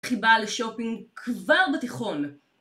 חיבה לשופינג כבר בתיכון.